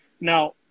Now